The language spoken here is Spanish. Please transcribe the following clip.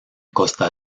costa